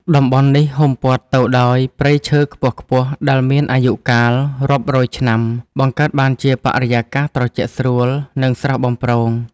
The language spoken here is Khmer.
តំបន់នេះហ៊ុមព័ទ្ធទៅដោយព្រៃឈើខ្ពស់ៗដែលមានអាយុកាលរាប់រយឆ្នាំ បង្កើតបានជាបរិយាកាសត្រជាក់ស្រួល និងស្រស់បំព្រង។